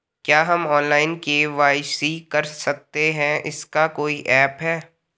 क्या हम online KYC कर सकते हैं इसका कोई ऐप है?